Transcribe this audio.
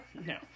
No